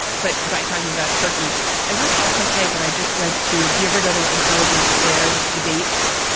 but by talking about turkey i will also say that i just went to. do you ever go to intelligence squared debates.